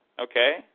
okay